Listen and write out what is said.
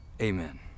Amen